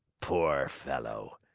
poor fellow!